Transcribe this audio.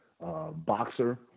boxer